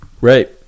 Right